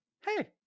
Hey